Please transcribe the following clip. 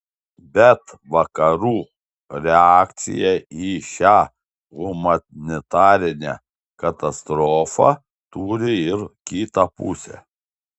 bet vakarų reakcija į šią humanitarinę katastrofą turi ir kitą pusę